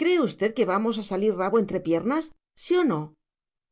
cree usted que vamos a salir rabo entre piernas sí o no